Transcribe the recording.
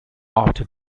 after